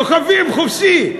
דוחפים חופשי.